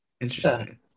interesting